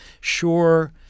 Sure